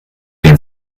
den